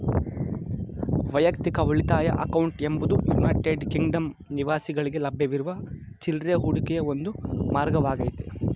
ವೈಯಕ್ತಿಕ ಉಳಿತಾಯ ಅಕೌಂಟ್ ಎಂಬುದು ಯುನೈಟೆಡ್ ಕಿಂಗ್ಡಮ್ ನಿವಾಸಿಗಳ್ಗೆ ಲಭ್ಯವಿರುವ ಚಿಲ್ರೆ ಹೂಡಿಕೆಯ ಒಂದು ಮಾರ್ಗವಾಗೈತೆ